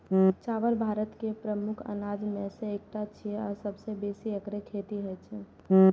चावल भारत के प्रमुख अनाज मे सं एकटा छियै आ सबसं बेसी एकरे खेती होइ छै